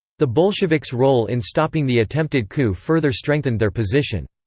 the bolsheviks' role in stopping the attempted coup further strengthened their position.